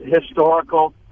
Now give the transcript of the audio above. historical